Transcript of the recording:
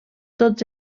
tots